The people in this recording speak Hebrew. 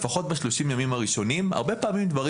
לפחות ב-30 הימים הראשונים הרבה פעמים דברים